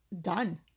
done